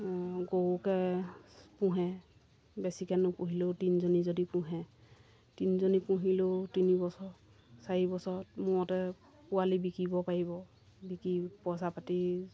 গৰুকে পোহে বেছিকৈ নুপুহিলেও তিনিজনী যদি পোহে তিনিজনী পুহিলেও তিনিবছৰ চাৰিবছৰত মূৰতে পোৱালি বিকিব পাৰিব বিকি পইচা পাতি